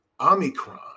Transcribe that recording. Omicron